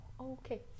Okay